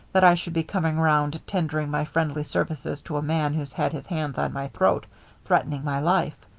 that i should be coming round tendering my friendly services to a man who's had his hands on my throat threatening my life.